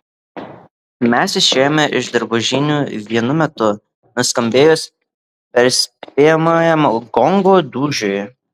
mes išėjome iš drabužinių vienu metu nuskambėjus perspėjamajam gongo dūžiui